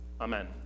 Amen